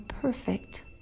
perfect